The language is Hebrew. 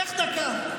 קח דקה,